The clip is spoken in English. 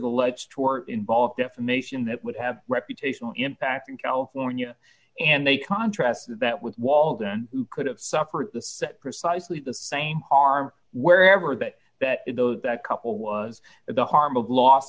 the let's tour involved defamation that would have reputational impact in california and they contrast that with walton who could have suffered the set precisely the same harm wherever that that those that couple was at the heart of los